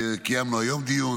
קיימנו היום דיון.